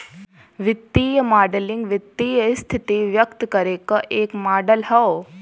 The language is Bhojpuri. वित्तीय मॉडलिंग वित्तीय स्थिति व्यक्त करे क एक मॉडल हौ